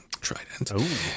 trident